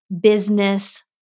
business